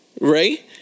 Ray